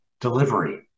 delivery